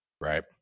right